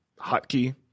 hotkey